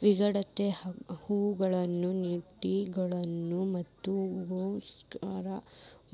ಮಿಡತೆ ಹುಳಗಳು, ನೆಮಟೋಡ್ ಗಳು ಮತ್ತ ಗ್ಯಾಸ್ಟ್ರೋಪಾಡ್